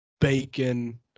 bacon